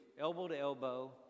elbow-to-elbow